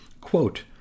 Quote